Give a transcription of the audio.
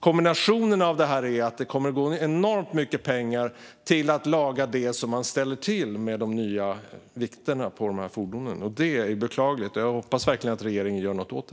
Kombinationen av allt detta gör att det kommer att gå åt enormt mycket pengar till att laga det som man ställer till med i och med de nya vikterna på fordonen. Det är beklagligt. Jag hoppas verkligen att regeringen gör något åt det.